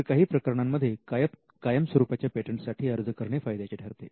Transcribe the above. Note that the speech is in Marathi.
तर काही प्रकरणांमध्ये कायम स्वरूपाच्या पेटंटसाठी अर्ज करणे फायद्याचे ठरते